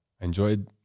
enjoyed